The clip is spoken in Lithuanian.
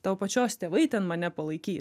tavo pačios tėvai ten mane palaiky